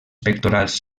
pectorals